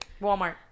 walmart